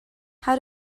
how